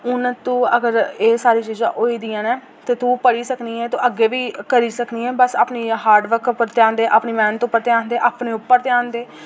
हून तू अगर एह् सारी चीज़ां होई दियां न ते तू पढ़ी सकनी ऐ तूं अग्गें बी करी सकनी ऐ बस अपने हार्ड वर्क उप्पर ध्यान दे अपनी मैह्नत उप्पर ध्यान दे अपने उप्पर ध्यान दे